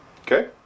Okay